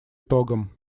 итогам